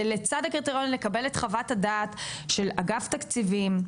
ולצד הקריטריון לקבל את חוות הדעת של אגף תקציבים,